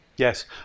Yes